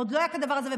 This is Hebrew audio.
עוד לא היה כדבר הזה.